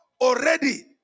already